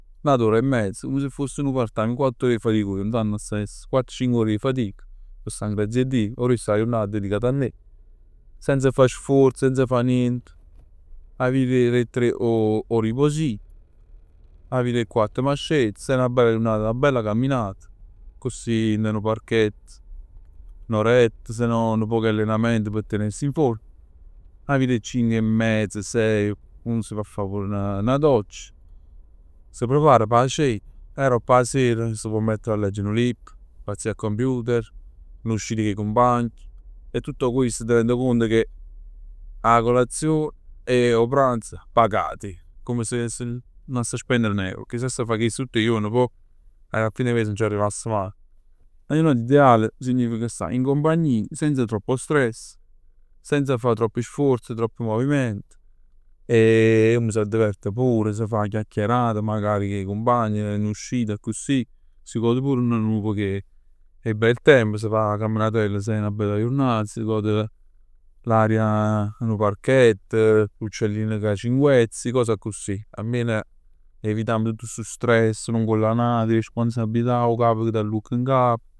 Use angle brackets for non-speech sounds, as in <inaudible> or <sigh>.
N'ata ora e mezz come se foss nu part time, tanto avess essere. Quatt cinc ore 'e fatic p' sta n'grazia 'e Dij. 'O riest d' 'a jurnat dedicata a me, senza fa sfuorz, senza fa nient. 'A via d' 'e tre 'o 'o riposino. 'A via d' 'e quatt m' scet. Se è 'na bella jurnata, 'na bella camminata, accussì dint 'a nu parchett, n'oretta. Sennò nu poc 'e allenamento p' tenersi in forma. 'A via d' 'e cinc 'e mezza sei, uno si pò fa pur 'na doccia. Si prepara p' 'a cena e aropp 'a sera s' pò mettere a leggere nu libro, pazzea a computer, n'uscita cu 'e cumpagn. E tutto questo tenendo conto che 'a colazione e 'o pranzo pagati, come se se nun avess spendere n'euro. Pecchè se avess fa chest tutt 'e juorn pò a fine mese nun c'arrivass maje. 'A jurnata ideale significa 'e sta in compagnia, senza troppo stress. Senza fa troppi sforzi, troppi moviment. <hesitation> E uno s'addiverte pure, s' fa 'a chiacchierata magari cu 'e cumpagn, n'uscita accussì. Si gode pure nu poc 'e 'e bel tempo. S' fa 'na camminatell se è 'na bella jurnat. Si gode l'aria d' 'o parchett, <hesitation> l'uccellino ca cinguett. Ste cose accussì. Almeno evitamm tutt stu stress uno nguoll a n'ato. Ste responsabilità, 'o capo che t'allucca n'gap.